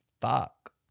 fuck